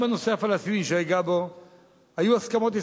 גם בנושא הפלסטיני היו הסכמות ישראליות-אמריקניות.